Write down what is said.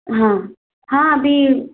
हाँ हाँ अभी